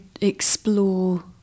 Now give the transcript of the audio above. explore